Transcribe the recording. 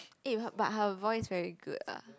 eh but but her voice very good ah